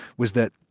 was that,